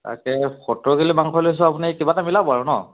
তাকে সত্তৰ কিলো মাংস লৈছো আপুনি কিবা এটা মিলাব আৰু নহ্